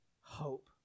hope